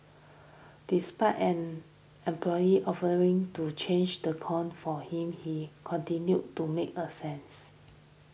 despite an employee offering to change the cone for him he continued to make a since